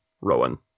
Rowan